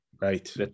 right